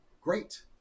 great